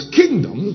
kingdom